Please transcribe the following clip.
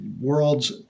world's